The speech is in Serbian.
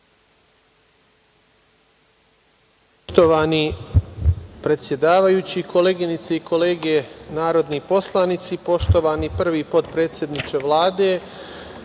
predsedavajući, koleginice i kolege narodni poslanici, poštovani prvi potpredsedniče Vlade,